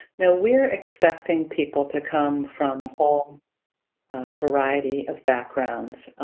no, we're expecting people to come from a whole variety of backgrounds.